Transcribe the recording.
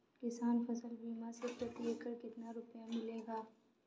किसान फसल बीमा से प्रति एकड़ कितना रुपया मिलेगा?